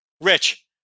Rich